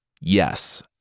Yes